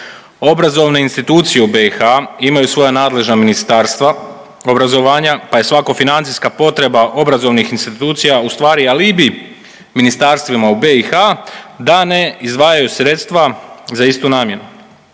Obrazovne institucije u BiH imaju svoja nadležna ministarstva obrazovanja pa je svaka financijska potreba obrazovnih institucija ustvari alibi ministarstvima u BiH da ne izdvajaju sredstva za istu namjenu.